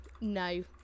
no